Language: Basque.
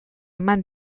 eman